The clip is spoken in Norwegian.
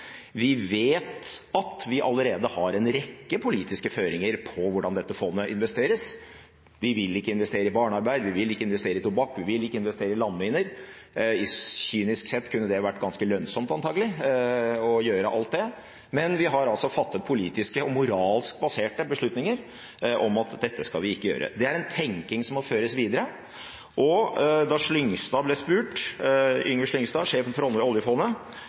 Vi vet at vi allerede har en rekke politiske føringer på hvordan dette fondet investeres – vi vil ikke investere i barnearbeid, vi vil ikke investere i tobakk, vi vil ikke investere i landminer. Kynisk sett kunne det antakelig vært ganske lønnsomt å gjøre alt dette, men vi har altså fattet politiske og moralsk baserte beslutninger om at dette skal vi ikke gjøre. Det er en tenking som må føres videre. Da Yngve Slyngstad, sjefen for oljefondet,